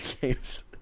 games